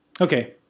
Okay